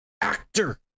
actor